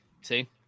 See